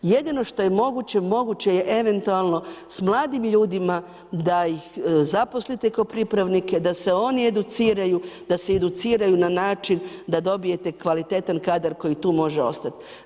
Jedino što je moguće, moguće je eventualno s mladim ljudima da ih zaposlite kao pripravnike, da se oni educiraju, da se educiraju na način da dobijete kvalitetan kadar koji tu može ostati.